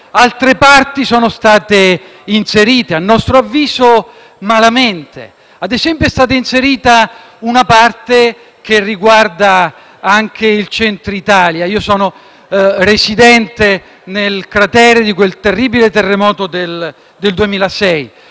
Altre parti sono state inserite, a nostro avviso malamente; ad esempio, è stata inserita una parte che riguarda anche il Centro Italia. Io sono residente nel cratere di quel terribile terremoto del 2006